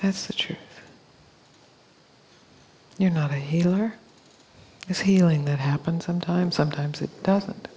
that's the truth you're not a healer it's healing that happens sometimes sometimes it doesn't